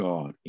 God